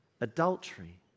adultery